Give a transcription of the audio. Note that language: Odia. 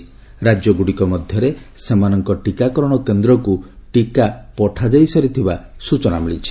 ରାକ୍ୟଗୁଡ଼ିକ ମଧ୍ୟରେ ସେମାନଙ୍କ ଟିକାକରଣ କେନ୍ଦ୍ରକୁ ଟିକା ପଠାଇସାରିଥିବା ସ୍ୱଚନା ମିଳିଛି